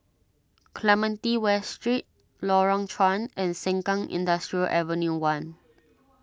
Clementi West Street Lorong Chuan and Sengkang Industrial Ave one